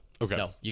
Okay